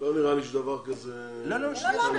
--- לא נראה לי שדבר כזה --- לא,